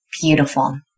Beautiful